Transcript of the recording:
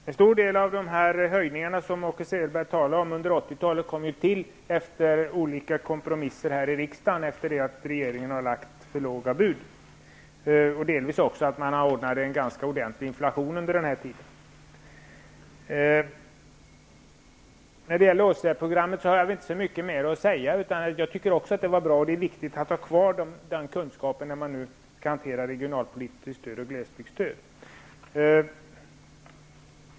Herr talman! En stor del av de höjningar under 80 talet som Åke Selberg talar om kom till efter olika kompromisser här i riksdagen efter det att regeringen hade lagt för låga bud och delvis också genom att man ordnade en ganska ordentlig inflation. När det gäller åtgärdsprogrammet har jag inte så mycket mer att säga. Jag tycker också att det var bra. Det är viktigt att ha kvar den kunskapen, när man skall hantera glesbygdsstödet.